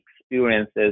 experiences